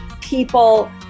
people